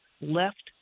left